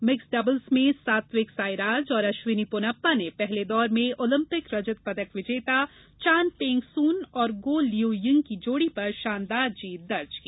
mixed doubles में सात्विक साईराज और अश्विनी पोनप्पा ने पहले दौर में ओलिम्पिक रजत पदक विजेता चान पेंग सून और गो लियू यिंग की जोड़ी पर शानदार जीत दर्ज की